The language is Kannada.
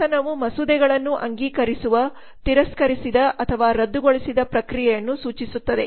ಶಾಸನವು ಮಸೂದೆಗಳನ್ನು ಅಂಗೀಕರಿಸುವ ತಿರಸ್ಕರಿಸಿದ ಅಥವಾ ರದ್ದುಗೊಳಿಸಿದ ಪ್ರಕ್ರಿಯೆಯನ್ನು ಸೂಚಿಸುತ್ತದೆ